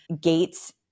gates